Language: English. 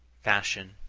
fashion,